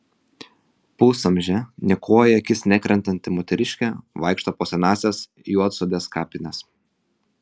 pusamžė niekuo į akis nekrentanti moteriškė vaikšto po senąsias juodsodės kapines